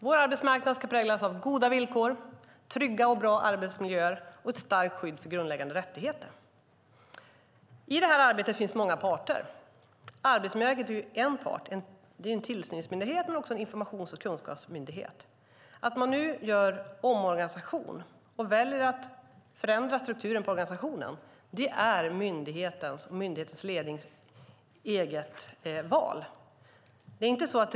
Vår arbetsmarknad ska präglas av goda villkor, trygga och bra arbetsmiljöer och ett starkt skydd för grundläggande rättigheter. I det här arbetet finns många parter. Arbetsmiljöverket är en part. Det är en tillsynsmyndighet men också en informations och kunskapsmyndighet. Att man nu gör en omorganisation och väljer att förändra strukturen är myndighetens lednings eget val.